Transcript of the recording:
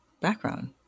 background